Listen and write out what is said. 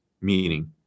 meaning